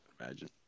imagine